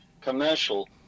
commercial